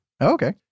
Okay